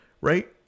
right